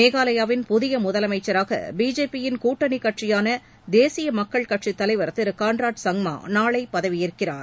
மேகாலயாவின் புதிய முதலமைச்சராக பிஜேபி யின் கூட்டணி கட்சியான தேசிய மக்கள் கட்சித் தலைவர் திரு கான்ராட் சங்மா நாளை பதவியேற்கிறார்